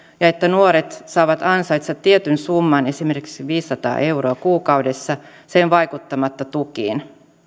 ja että nuoret saavat ansaita tietyn summan esimerkiksi viisisataa euroa kuukaudessa sen vaikuttamatta tukiin